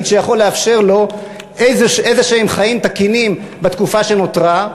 שיכול לאפשר לו איזשהם חיים תקינים בתקופה שנותרה?